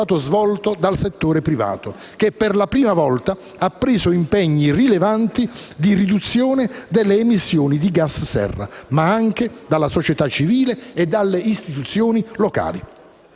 è stato svolto dal settore privato, che per la prima volta ha assunto impegni rilevanti di riduzione delle emissioni di gas serra, ma anche dalla società civile e dalle istituzioni locali.